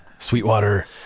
Sweetwater